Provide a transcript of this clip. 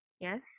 Yes